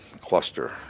cluster